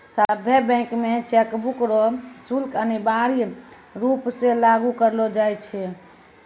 सभ्भे बैंक मे चेकबुक रो शुल्क अनिवार्य रूप से लागू करलो जाय छै